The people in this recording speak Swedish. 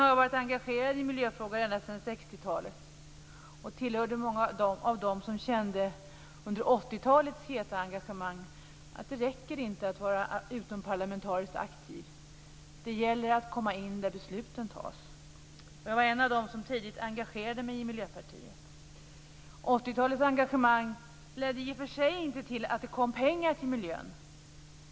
Jag har varit engagerad i miljöfrågor ända sedan 60-talet och jag tillhörde de många som under 80 talets heta engagemang kände att det inte räcker att vara utomparlamentariskt aktiv, utan det gäller att komma in där besluten tas. Jag var också en av dem som tidigt engagerade sig i Miljöpartiet. 80-talets engagemang ledde i och för sig inte till att det kom pengar till miljön.